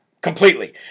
Completely